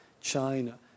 China